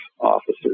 officers